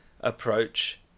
approach